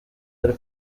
ari